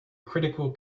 critical